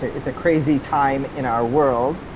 ah it's a crazy time in our world,